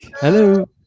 Hello